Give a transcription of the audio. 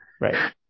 Right